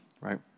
right